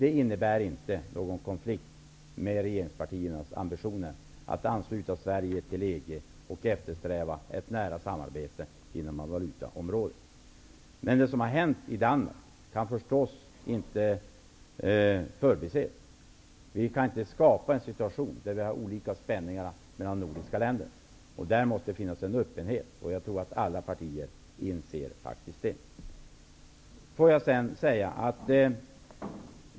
Det innebär ingen konflikt med regeringpartiernas ambitioner att ansluta Sverige till EG och att eftersträva ett nära samarbete inom valutområdet. Händelserna i Danmark kan naturligtvis inte förbises. Vi kan inte skapa en situation där det finns spänningar mellan de nordiska länderna. Det måste finnas en öppenhet och jag tror att alla partier inser det.